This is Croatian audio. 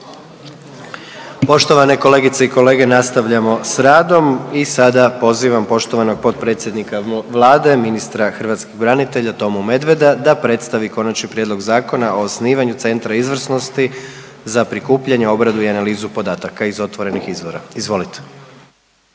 Poštovane kolegice i kolege, nastavljamo s radom i sada pozivam poštovanog potpredsjednika Vlade, ministra hrvatskih branitelja Tomu Medveda da predstavi Konačni prijedlog Zakona o osnivanju Centra izvrsnosti za prikupljanje, obradu i analizu podataka iz otvorenih izvora, izvolite.